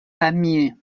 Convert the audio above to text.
pamiers